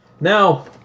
Now